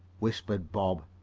whispered bob.